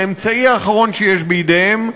האמצעי האחרון שיש בידיהם,